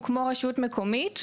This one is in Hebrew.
הוא כמו רשות מקומית.